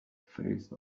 phase